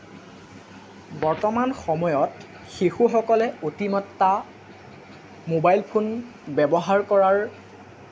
বৰ্তমান সময়ত শিশুসকলে অতিমাত্ৰা মোবাইল ফোন ব্যৱহাৰ কৰাৰ